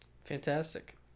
fantastic